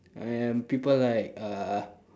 and people like uh